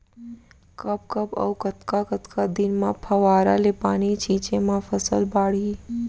कब कब अऊ कतका कतका दिन म फव्वारा ले पानी छिंचे म फसल बाड़ही?